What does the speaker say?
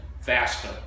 faster